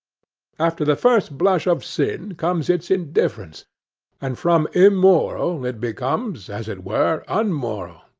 after the first blush of sin comes its indifference and from immoral it becomes, as it were, unmoral,